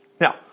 Now